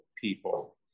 people